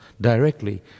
directly